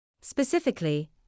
Specifically